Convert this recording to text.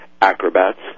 acrobats